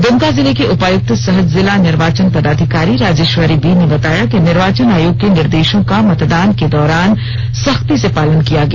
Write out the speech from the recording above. दमका जिले की उपायुक्त सह जिला निर्वाचन पदाधिकारी राजेश्वरी बी ने बताया कि निर्वाचन आयोग के निर्देशों का मतदान के दौरान सख्ती से पालन किया गया